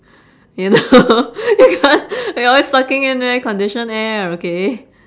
you know because you're always sucking in air conditioned air okay